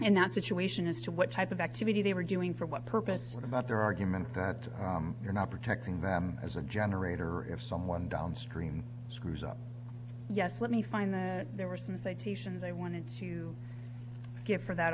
in that situation as to what type of activity they were doing for what purpose or about their argument that you're not protecting them as a generator or if someone downstream screws up yes let me find that there were some citations i wanted to get for that